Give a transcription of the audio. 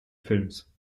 films